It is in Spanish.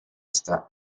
esta